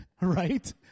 right